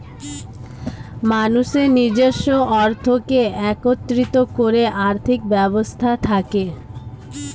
মানুষের নিজস্ব অর্থকে একত্রিত করে আর্থিক ব্যবস্থা থাকে